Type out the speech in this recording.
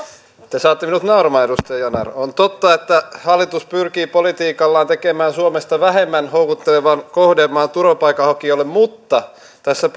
te saatte minut nauramaan edustaja yanar on totta että hallitus pyrkii politiikallaan tekemään suomesta vähemmän houkuttelevan kohdemaan turvapaikanhakijoille mutta tässä